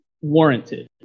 warranted